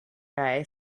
guy